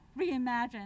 reimagine